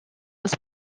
his